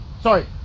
Sorry